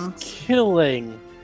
killing